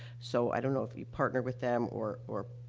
so, i don't know if you partner with them or or,